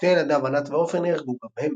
שני ילדיו, ענת ועופר, נהרגו גם הם.